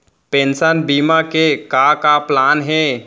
Pension बीमा के का का प्लान हे?